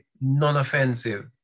non-offensive